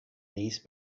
niece